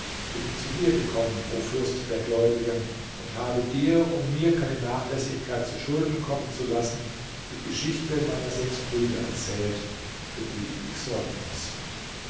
bin ich zu dir gekommen o fürst der gläubigen und habe dir um mir keine nachlässigkeit zu schulden kommen zu lassen die geschichte meiner sechs brüder erzählt für die ich sorgen muß